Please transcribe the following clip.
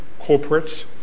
corporates